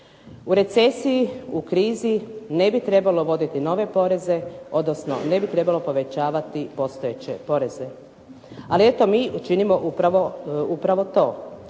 U recesiji, u krizi ne trebalo uvoditi nove poreze, odnosno ne bi trebalo povećavati postojeće poreze. Ali eto mi činimo upravo to.